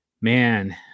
man